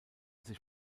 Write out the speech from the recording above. sich